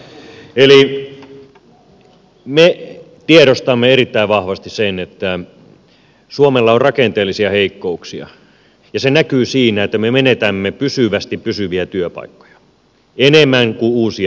eli me tiedostamme erittäin vahvasti sen että suomella on rakenteellisia heikkouksia ja se näkyy siinä että me menetämme pysyvästi pysyviä työpaikkoja enemmän kuin uusia syntyy